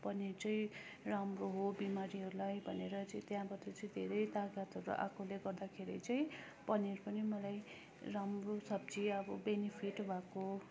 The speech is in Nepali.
पनिर चै राम्रो हो बिमारीहरूलाई भनेर चाहिँ त्यहाँबाट चाहिँ धेरै ताकतहरू आएकोले गर्दाखेरि चाहिँ पनिर पनि मलाई राम्रो सब्जी अब बेनिफिट भएको